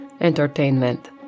entertainment